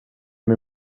min